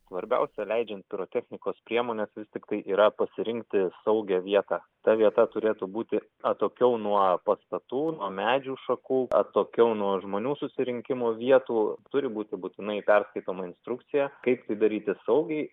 svarbiausia leidžiant pirotechnikos priemonė fizikai yra pasirinkti saugią vietą ta vieta turėtų būti atokiau nuo pastatų nuo medžių šakų atokiau nuo žmonių susirinkimo vietų turi būti būtinai perskaitoma instrukcija kaip tai daryti saugiai